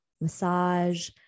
massage